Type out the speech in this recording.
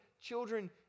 children